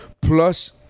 plus